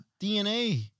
DNA